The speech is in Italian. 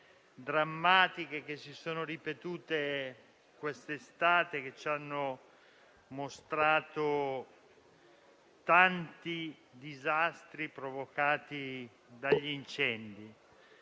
drammatiche che si sono ripetute quest'estate, che ci hanno mostrato i tanti disastri provocati dagli incendi.